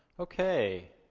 okay.